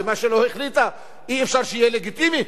ומה שלא החליטה אי-אפשר שיהיה לגיטימי,